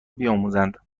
بیاموزند